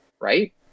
right